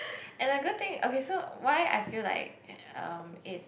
and a good thing okay so why I feel like um is